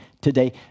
today